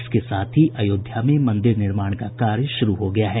इसके साथ ही अयोध्या में मन्दिर निर्माण का कार्य शुरू हो गया है